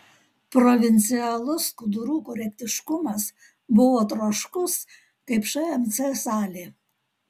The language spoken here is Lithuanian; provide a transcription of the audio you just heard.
provincialus skudurų korektiškumas buvo troškus kaip šmc salė